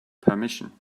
permission